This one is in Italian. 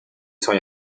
suoi